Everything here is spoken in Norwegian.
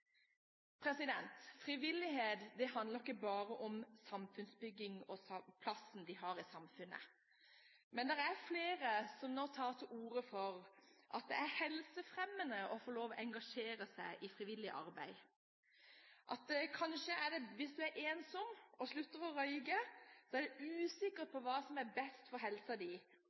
arbeidstakerrettigheter. Frivillighet handler ikke bare om samfunnsbygging og den plassen det har i samfunnet. Det er flere som nå tar til orde for at det er helsefremmende å få lov til å engasjere seg i frivillig arbeid. Hvis man er ensom og slutter å røyke, er det usikkert hva som er best for helsa: